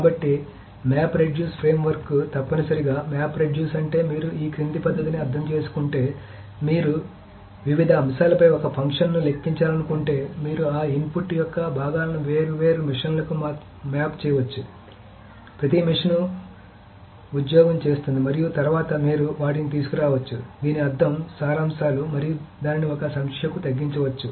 కాబట్టి map reduce framework తప్పనిసరిగా map reduce అంటే మీరు ఈ క్రింది పద్ధతిని అర్థం చేసుకుంటే మీరు వివిధ విషయాలపై ఒక ఫంక్షన్ను లెక్కించాలనుకుంటే మీరు ఆ ఇన్పుట్ యొక్క భాగాలను వేర్వేరు మెషీన్లకు మ్యాప్ చేయవచ్చు ప్రతి మెషీన్ ఉద్యోగం చేస్తుంది మరియు తరువాత మీరు వాటిని తీసుకురావచ్చు దీని అర్థం సారాంశాలు మరియు దానిని ఒక సంఖ్యకు తగ్గించవచ్చు